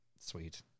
Sweet